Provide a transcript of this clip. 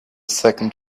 second